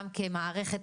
גם כמערכת,